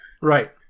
Right